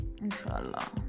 inshallah